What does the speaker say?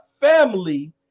family